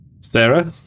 Sarah